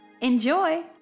Enjoy